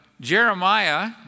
Jeremiah